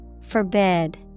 Forbid